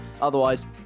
Otherwise